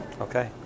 Okay